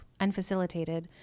unfacilitated